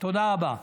תודה רבה.